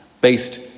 based